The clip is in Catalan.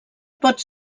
pot